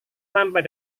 sampai